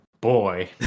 boy